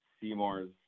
Seymour's